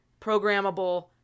programmable